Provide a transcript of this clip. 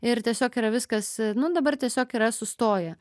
ir tiesiog yra viskas nu dabar tiesiog yra sustoję